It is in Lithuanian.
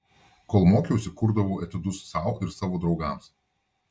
kol mokiausi kurdavau etiudus sau ir savo draugams